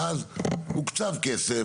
ואז הוקצב כסף,